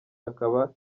akaba